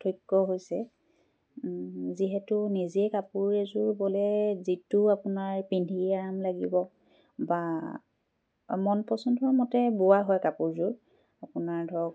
পাৰ্থক্য হৈছে যিহেতু নিজেই কাপোৰ এযোৰ বলে যিটো আপোনাৰ পিন্ধি আৰাম লাগিব বা মন পচন্দৰ মতে বোৱা হয় কাপোৰযোৰ আপোনাৰ ধৰক